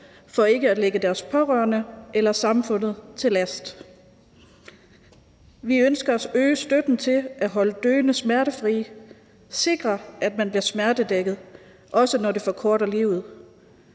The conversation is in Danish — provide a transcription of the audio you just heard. for ikke at lægge deres pårørende eller samfundet til last. Vi ønsker at øge støtten til at holde døende smertefrie og sikre, at de bliver smertedækket, også når det forkorter livet,